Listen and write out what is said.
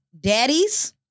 daddies